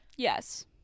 Yes